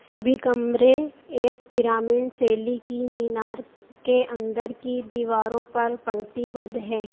सभी कमरे एक पिरामिंड शैली की मीनार के अंदर की दीवारों पर पंक्तिबद्ध है